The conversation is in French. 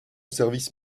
service